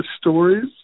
stories